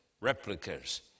replicas